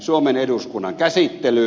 suomen eduskunnan käsittelyyn